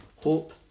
hope